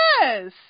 Yes